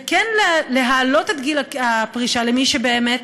וכן להעלות את גיל הפרישה למי שבאמת